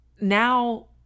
Now